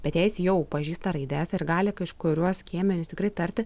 bet jei jis jau pažįsta raides ir gali kažkuriuos skiemenis tikrai tarti